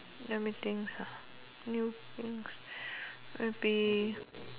let me think ah new things maybe